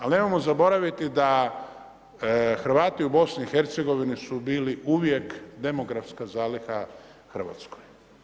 Ali nemojmo zaboraviti da Hrvati u BIH su bili uvijek demografska zaliha Hrvatskoj.